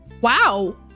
Wow